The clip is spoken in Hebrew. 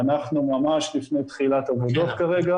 אנחנו ממש לפני תחילת עבודות כרגע.